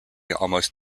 almost